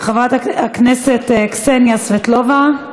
חברת הכנסת קסניה סבטלובה,